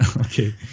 okay